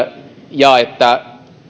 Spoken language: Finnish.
ja että